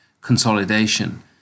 consolidation